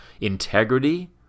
integrity